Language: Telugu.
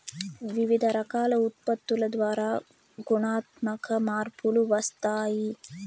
వివిధ రకాల ఉత్పత్తుల ద్వారా గుణాత్మక మార్పులు వస్తాయి